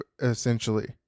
essentially